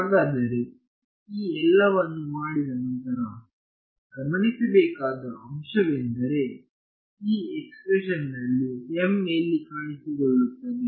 ಹಾಗಾದರೆ ಈ ಎಲ್ಲವನ್ನು ಮಾಡಿದ ನಂತರ ಗಮನಿಸಬೇಕಾದ ಅಂಶವೆಂದರೆ ಈ ಎಕ್ಸ್ಪ್ರೆಶನ್ಯಲ್ಲಿ m ಎಲ್ಲಿ ಕಾಣಿಸಿಕೊಳ್ಳುತ್ತಿದೆ